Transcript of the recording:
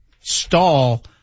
Stall